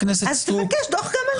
אז תבקש דוח גם על זה, מה אכפת לך?